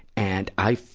and i,